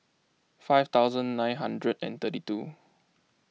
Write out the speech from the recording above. five thousand nine hundred and thirty two